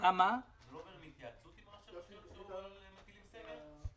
לא מתייעצים עם ראשי רשויות מקומיות כשמטילים סגר?